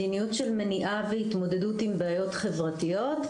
מדיניות של מניעה והתמודדות עם בעיות חברתיות.